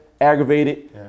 Aggravated